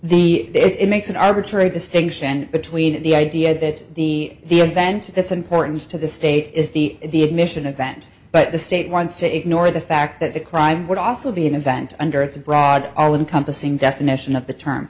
the it makes an arbitrary distinction between the idea that the the events its importance to the state is the admission of bent but the state wants to ignore the fact that the crime would also be an event under its broad all encompassing definition of the term